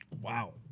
Wow